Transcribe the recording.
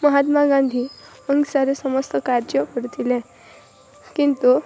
ମହାତ୍ମାଗାନ୍ଧୀ ଅହିଂସାରେ ସମସ୍ତ କାର୍ଯ୍ୟ କରିଥିଲେ କିନ୍ତୁ